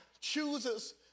chooses